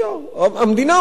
המדינה אומרת את זה,